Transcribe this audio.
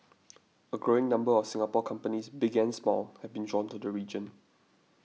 a growing number of Singapore companies big and small have been drawn to the region